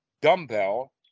dumbbell